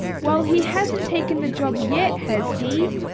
well he hasn't taken the job yet, has he?